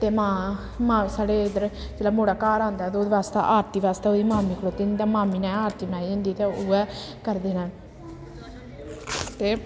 ते मां मां साढ़े इद्धर जेल्लै मुड़ा घर औंदा ते ओह्दे बास्तै आरती बास्तै ओह्दी मामी खड़ोती दी होंदी ते मामी ने आरती बनाई दी होंदी ते उ'ऐ करदे न ते